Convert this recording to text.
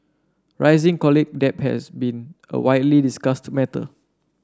rising college debt has been a widely discussed matter